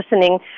listening